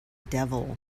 devil